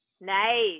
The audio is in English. Nice